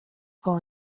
war